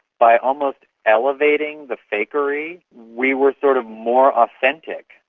by almost elevating the fakery we were sort of more authentic,